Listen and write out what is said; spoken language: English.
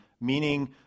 meaning